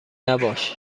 نباش